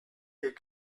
est